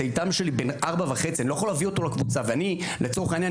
איתן שלי בן 4.5 לקבוצה לצורך העניין,